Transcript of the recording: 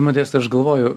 modestai aš galvoju